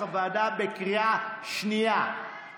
בקריאה שנייה,